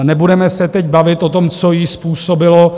Nebudeme se teď bavit o tom, co ji způsobilo.